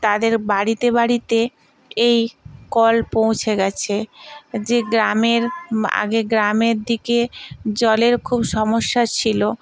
তাদের বাড়িতে বাড়িতে এই কল পৌঁছে গেছে যে গ্রামের আগে গ্রামের দিকে জলের খুব সমস্যা ছিলো